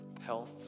Health